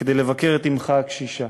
כדי לבקר את אמך הקשישה,